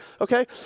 Okay